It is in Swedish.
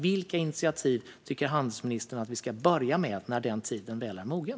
Vilka initiativ tycker handelsministern att vi ska börja med när tiden väl är mogen?